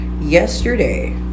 yesterday